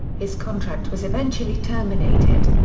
his contract was eventually terminated.